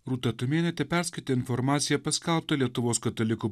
rūta tumėnaitė perskaitė informaciją paskelbtą lietuvos katalikų